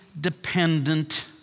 dependent